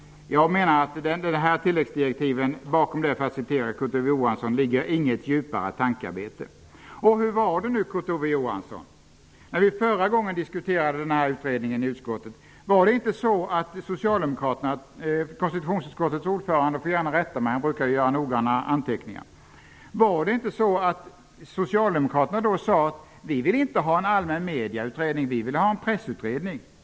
Jag menar, för att referera Kurt Ove Johansson, att det bakom dessa tilläggsdirektiv inte ligger något djupare tankearbete. Hur var det nu, Kurt-Ove Johansson, när vi förra gången diskuterade denna utredning i utskottet? Var det inte så att socialdemokraterna -- konstitutionsutskottets ordförande, som brukar göra noggranna anteckningar, får gärna rätta mig -- då sade att de inte ville ha en allmän medieutredning utan en pressutredning?